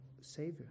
savior